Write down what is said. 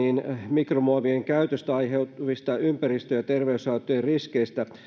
mikromuovien käytöstä aiheutuvien ympäristö ja terveyshaittojen riskeistä